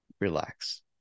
relax